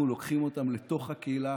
אנחנו לוקחים אותם לתוך הקהילה,